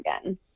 again